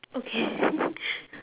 okay